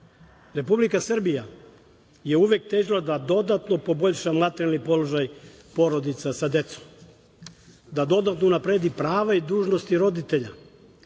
decu. Republika Srbija je uvek težila da dodatno poboljša materijalni položaj porodica sa decom, da dodatno unapredi prava i dužnosti roditelja